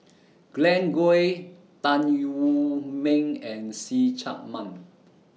Glen Goei Tan Wu Meng and See Chak Mun